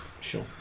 Sure